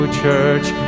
church